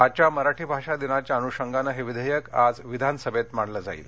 आजच्या मराठी भाषा दिनाच्या अनुषगानं हे विधेयक आज विधानसभेत मांडलं जाणार आहे